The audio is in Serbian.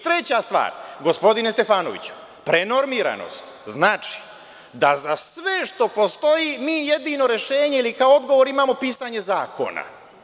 Treća stvar, gospodine Stefanoviću, prenormiranost znači da za sve što postoji mijedino rešenje ili kao odgovor imamo pisanje zakona.